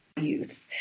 youth